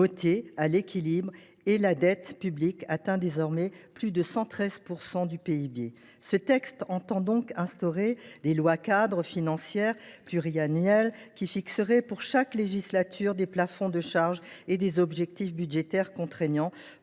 voté à l’équilibre et la dette publique s’élève désormais à plus de 113 % du PIB. Ce texte vise donc à instaurer des lois cadres financières pluriannuelles, qui fixeraient pour chaque législature des plafonds de charges et des objectifs budgétaires contraignants